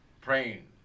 Praying